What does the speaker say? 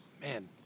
Man